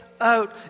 out